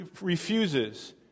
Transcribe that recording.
refuses